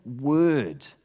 Word